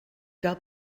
gael